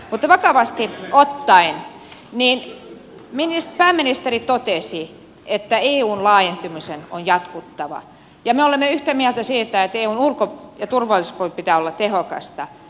mutta vakavasti ottaen pääministeri totesi että eun laajentumisen on jatkuttava ja me olemme yhtä mieltä siitä että eun ulko ja turvallisuuspolitiikan pitää olla tehokasta